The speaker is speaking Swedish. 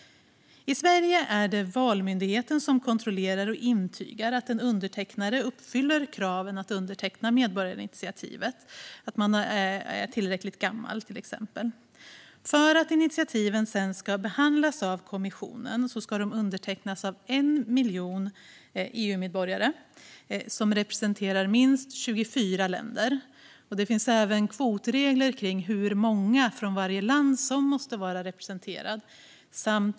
I Sverige är det Valmyndigheten som kontrollerar och intygar att en undertecknare uppfyller kraven för att få underteckna medborgarinitiativ, till exempel att man är tillräckligt gammal. För att initiativen ska behandlas av kommissionen ska de undertecknas av 1 miljon EU-medborgare som representerar minst 24 länder. Det finns även kvotregler när det gäller hur många från varje land som måste vara representerade.